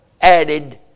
added